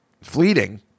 fleeting